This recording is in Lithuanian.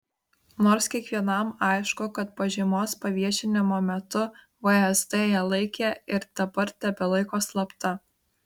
nors kiekvienam aišku kad pažymos paviešinimo metu vsd ją laikė ir dabar tebelaiko slapta